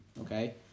Okay